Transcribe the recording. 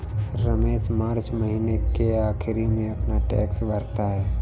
Ramesh March महीने के आखिरी में अपना टैक्स भरता है